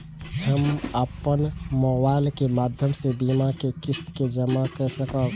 हम अपन मोबाइल के माध्यम से बीमा के किस्त के जमा कै सकब?